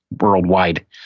worldwide